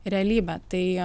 realybę tai